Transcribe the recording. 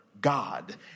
God